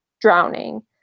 drowning